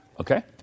Okay